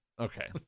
Okay